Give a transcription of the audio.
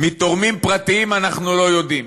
מתורמים פרטיים אנחנו לא יודעים.